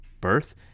birth